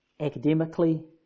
academically